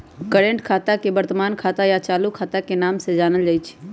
current खाता के वर्तमान खाता या चालू खाता के नाम से जानल जाई छई